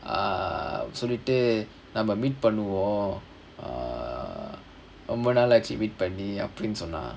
சொல்லிட்டு நம்ம:sollittu namma meet பண்ணுவோம் ரொம்ப நாள் ஆச்சு:pannuvom romba naal aachu meet பண்ணி:panni